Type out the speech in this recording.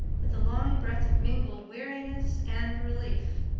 with a long breath of mingled weariness and relief.